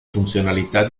funzionalità